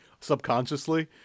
subconsciously